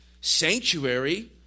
sanctuary